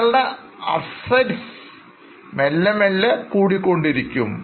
നിങ്ങളുടെ ASSETSമെല്ലെമെല്ലെ കൂടിക്കൊണ്ടിരിക്കും